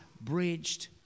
bridged